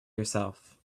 yourself